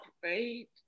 great